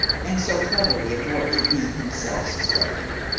and so cleverly avoided being himself suspected?